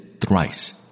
thrice